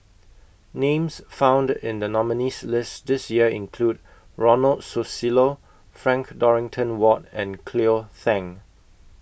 Names found in The nominees' list This Year include Ronald Susilo Frank Dorrington Ward and Cleo Thang